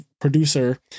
producer